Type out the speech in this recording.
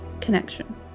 connection